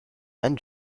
and